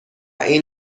این